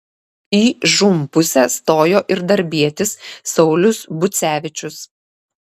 į žūm pusę stojo ir darbietis saulius bucevičius